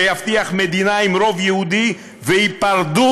שיבטיח מדינה עם רוב יהודי והיפרדות,